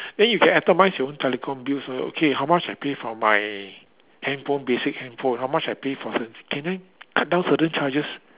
then you can atomized your own telecom bills okay how much I pay for my handphone basic handphone how much I pay for can I cut down certain charges